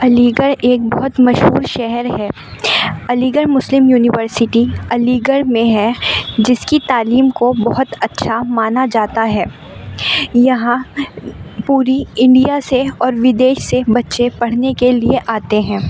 علی گڑھ ایک بہت مشہور شہر ہے علی گڑھ مسلم یونیورسٹی علی گڑھ میں ہے جس کی تعلیم کو بہت اچھا مانا جاتا ہے یہاں پوری انڈیا سے اور ودیش سے بچے پڑھنے کے لیے آتے ہیں